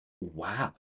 wow